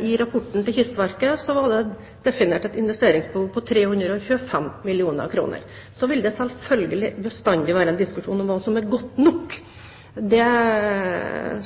I rapporten til Kystverket var det definert et investeringsbehov på 325 mill. kr. Så vil det selvfølgelig bestandig være en diskusjon om hva som er godt nok. Det